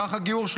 במערך הגיור,